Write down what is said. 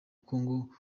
kongo